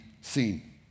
seen